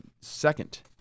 second